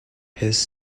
his